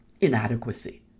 inadequacy